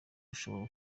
ushobora